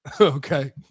Okay